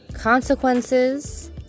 consequences